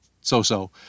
so-so